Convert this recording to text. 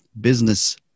business